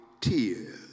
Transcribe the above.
tears